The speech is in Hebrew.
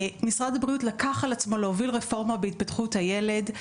משרד הבריאות לקח על עצמו להוביל רפורמה בהתפתחות הילד.